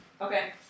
Okay